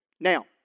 Now